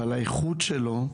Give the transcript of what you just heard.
אבל האיכות שלו.